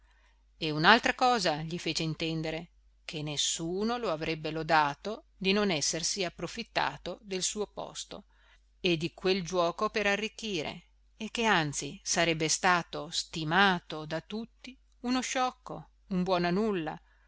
e un'altra cosa gli fece intendere che nessuno lo avrebbe lodato di non essersi approfittato del suo posto e di quel giuoco per arricchire e che anzi sarebbe stato stimato da tutti uno sciocco un buono a nulla